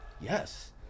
Yes